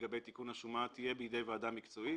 לגבי תיקון השומה תהיה בידי ועדה מקצועית.